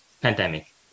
pandemic